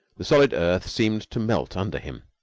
the solid earth seemed to melt under him.